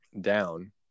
down